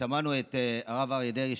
שמענו את הרב אריה דרעי,